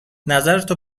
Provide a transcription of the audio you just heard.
نظرتو